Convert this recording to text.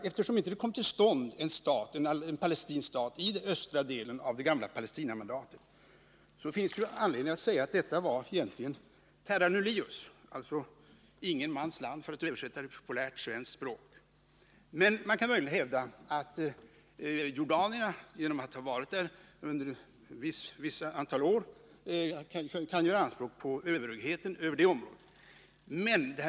Eftersom det inte kom till stånd en palestinsk stat i östra delen av det gamla Palestinamandatet finns det ju anledning att säga att detta egentligen var terra nullius, alltså ingen mans land, för att översätta det till populärt svenskt språk. Men man kan möjligen hävda att Jordanien genom att ha varit där under ett visst antal år kan göra anspråk på överhögheten över området.